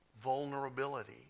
vulnerability